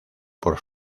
por